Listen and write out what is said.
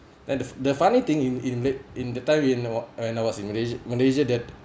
then the the funny thing in in that in the time in was when I was in malays~ malaysia that